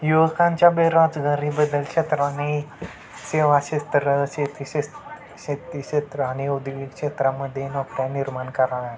युवकांच्या बेरोजगारी बदलक्षेत्रीने सेवा शेत्र शेतीश शेतीशेत्र आणि उद्योग क्षेत्रामध्ये नोकऱ्या निर्माण कराव्यात